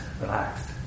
relaxed